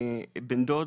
בן דוד